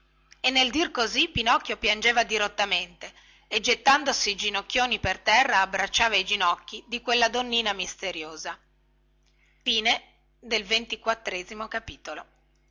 e nel dir così pinocchio piangeva dirottamente e gettandosi ginocchioni per terra abbracciava i ginocchi di quella donnina misteriosa